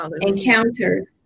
Encounters